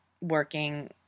working